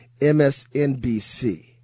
MSNBC